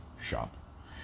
shop